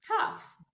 tough